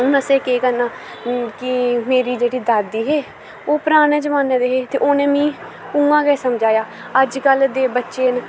हून असैं कोह् करना मेरी जेह्ड़ी दादी हे ओह् पराने जमाने दे हे रे उने मिगी ऊंआं गै समझाया अजकल दे बच्चे न